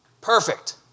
perfect